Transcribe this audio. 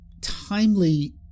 Timely